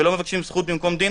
ולא מבקשים זכות במקום דין,